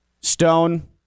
Stone